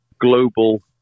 global